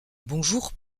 bonjour